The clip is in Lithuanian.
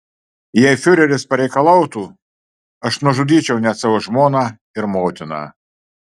jei fiureris pareikalautų aš nužudyčiau net savo žmoną ir motiną